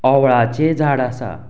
ओंवळाचें झाड आसा